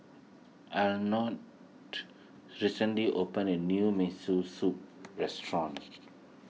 Arnold recently opened a new Miso Soup restaurant